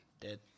dead